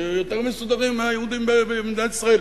שיותר מסודרים מהיהודים במדינת ישראל.